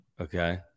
Okay